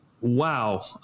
Wow